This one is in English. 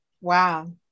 wow